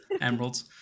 emeralds